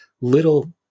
little